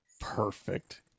Perfect